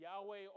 Yahweh